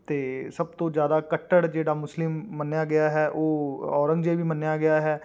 ਅਤੇ ਸਭ ਤੋਂ ਜ਼ਿਆਦਾ ਕੱਟੜ ਜਿਹੜਾ ਮੁਸਲਿਮ ਮੰਨਿਆ ਗਿਆ ਹੈ ਉਹ ਔਰੰਗਜ਼ੇਬ ਮੰਨਿਆ ਗਿਆ ਹੈ